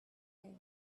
there